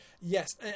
Yes